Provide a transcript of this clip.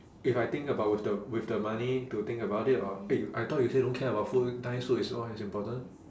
if I think about with the with the money to think about it or eh I thought you say don't care about food nice so it's all as important